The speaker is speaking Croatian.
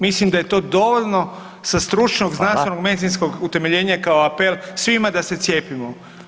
Mislim da je to dovoljno sa stručnog [[Upadica: Hvala.]] znanstvenog medicinskog utemeljenja, kao apel svima da se cijepimo.